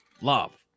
Love